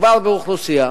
מדובר באוכלוסייה